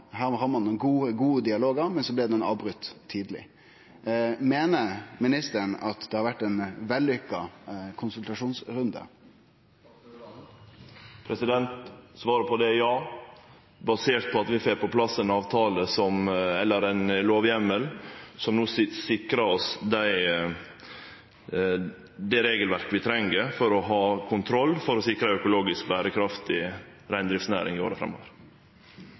gode dialogar, men så blei dei avbrotne tidleg. Meiner ministeren at det har vore ein vellukka konsultasjonsrunde? Svaret på det er ja, basert på at vi får på plass ein lovheimel som no sikrar oss det regelverket vi treng for å ha kontroll, slik at vi sikrar ei økologisk berekraftig reindriftsnæring i åra framover.